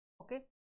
Okay